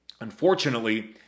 unfortunately